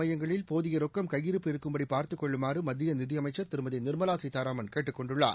மையங்களில் போதிய ரொக்கம் கையிருப்பு இருக்கும்படி பார்த்துக் கொள்ளுமாறு மத்திய நிதியமைச்சன் திருமதி நிர்மலா சீதாராமன் கேட்டுக் கொண்டுள்ளார்